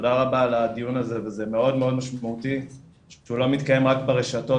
תודה רבה על הדיון הזה וזה מאוד משמעותי שהוא לא מתקיים רק ברשתות,